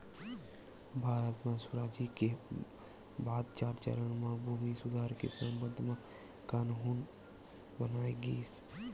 भारत म सुराजी के बाद चार चरन म भूमि सुधार के संबंध म कान्हून बनाए गिस